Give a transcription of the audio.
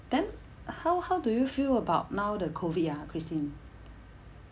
then how how do you feel about now the COVID ah christine